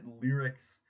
lyrics